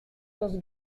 los